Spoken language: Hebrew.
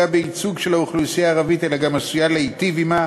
בייצוג של האוכלוסייה הערבית אלא היא גם עשויה להיטיב עמה.